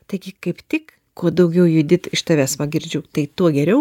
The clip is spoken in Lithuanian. taigi gi kaip tik kuo daugiau judėti iš tavęs va girdžiu tai tuo geriau